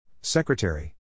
Secretary